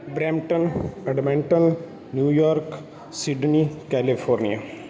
Brampton Edmonton New York Sydney California